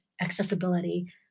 accessibility